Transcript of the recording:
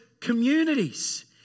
communities